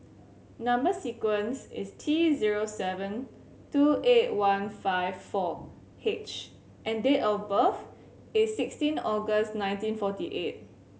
number sequence is T zero seven two eight one five four H and date of birth is sixteen August nineteen forty eight